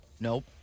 nope